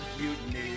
Mutiny